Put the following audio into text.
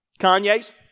Kanye's